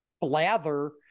blather